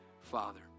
Father